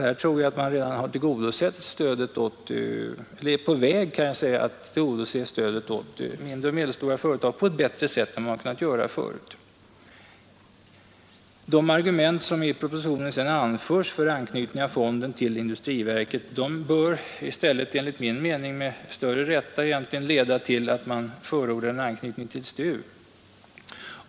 Här tror jag alltså att man redan är på väg att tillgodose stödet åt mindre och medelstora företag på ett bättre sätt än man gjort tidigare. De argument som i propositionen anförts för anknytning av fonden till industriverket bör enligt min mening i stället leda till att man förordar en anknytning till STU.